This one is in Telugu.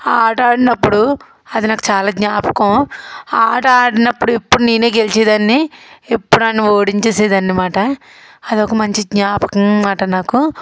ఆ ఆట ఆడినప్పుడు అది నాకు చాలా జ్ఞాపకం ఆ ఆట ఆడినప్పుడు ఎప్పుడు నేనే గెలిచేదాన్ని ఎప్పుడు నేను ఓడించేసేదాన్ని అనమాట అది ఒక మంచి జ్ఞాపకం మాట నాకు